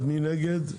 מי נגד?